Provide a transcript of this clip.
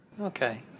Okay